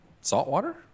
saltwater